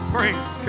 Praise